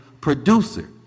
producer